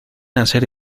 hacer